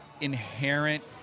inherent